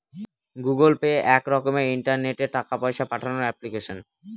Google Pay এক রকমের ইন্টারনেটে টাকা পয়সা পাঠানোর এপ্লিকেশন